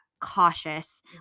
Cautious